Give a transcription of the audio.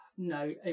No